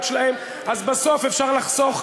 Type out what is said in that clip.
טוב שהשר צחי הנגבי